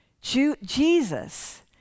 Jesus